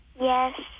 Yes